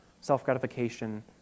self-gratification